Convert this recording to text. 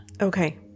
Okay